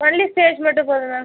only stage மட்டும் போதும் ma'am